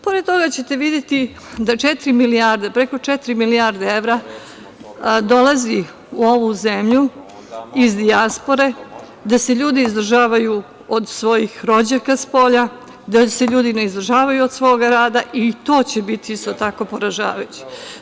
Pored toga ćete videti da preko četiri milijarde evra dolazi u ovu zemlju iz dijaspore, da se ljudi izdržavaju od svojih rođaka spolja, da se ljudi ne izdržavaju od svoga rada i to će biti isto tako poražavajuće.